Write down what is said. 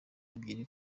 ebyiri